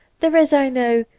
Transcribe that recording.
there is, i know,